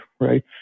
Right